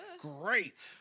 great